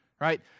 right